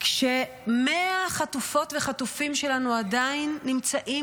כש-100 חטופות וחטופים שלנו עדיין נמצאים